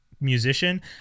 musician